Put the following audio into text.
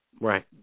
Right